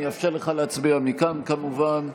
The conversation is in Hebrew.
אני אאפשר לך להצביע מכאן, כמובן.